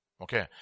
Okay